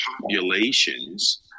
populations